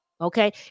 okay